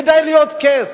כדי להיות קייס.